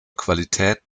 qualität